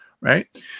Right